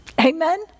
Amen